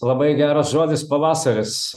labai geras žodis pavasaris